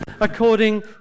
according